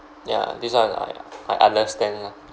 ya this one I I understand lah